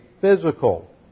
physical